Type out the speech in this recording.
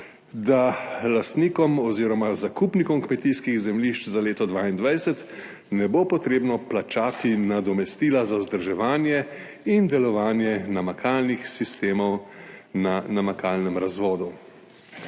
da lastnikom oziroma zakupnikom kmetijskih zemljišč za leto 2022 ne bo potrebno plačati nadomestila za vzdrževanje in delovanje namakalnih sistemov na namakalnem razvodu.